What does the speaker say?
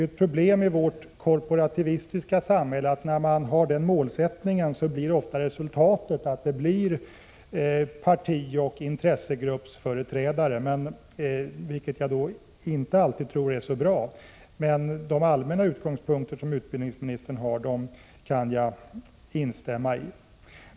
Ett problem i vårt korporativistiska samhälle är ju att resultatet ofta blir att det i sådana här sammanhang enbart utses företrädare för partioch intressegrupper. Jag tror inte att detta alltid är så bra, men jag kan instämma i de allmänna utgångspunkter som utbildningsministern redovisat.